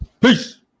Peace